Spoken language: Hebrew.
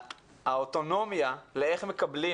האוטונומיה לאיך מקבלים